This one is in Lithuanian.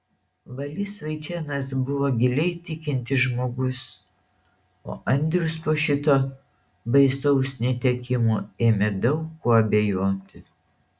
balys vaičėnas buvo giliai tikintis žmogus o andrius po šito baisaus netekimo ėmė daug kuo abejoti